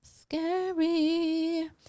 Scary